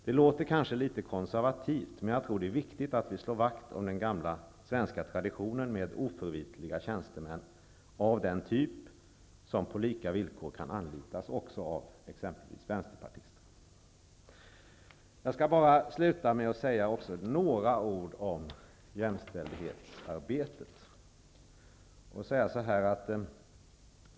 Det låter kanske litet konservativt, men jag tror att det är viktigt att vi slår vakt om den gamla svenska traditionen med oförvitliga tjänstemän, av den typ som på lika villkor kan anlitas av exempelvis vänsterpartister. Jag skall sluta med att säga några ord om jämställdhetsarbetet.